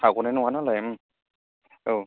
हाग'नाय नङा नालाय ओं औ